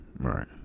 Right